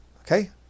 Okay